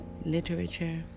literature